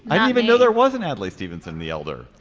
i don't even know there wasn't adlai stevenson the elder.